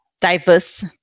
diverse